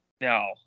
No